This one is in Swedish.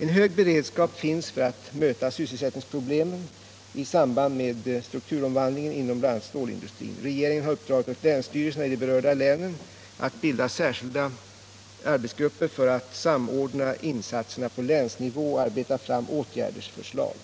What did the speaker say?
En hög beredskap finns för att möta sysselsättningsproblem i samband med strukturomvandlingen inom bl.a. stålindustrin. Regeringen har uppdragit åt länsstyrelserna i berörda län att bilda särskilda grupper för att samordna insatserna på länsnivå och arbeta fram åtgärdsförslag.